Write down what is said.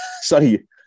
Sorry